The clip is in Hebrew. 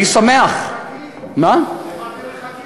אני שמח אז למה אתם מחכים לספח?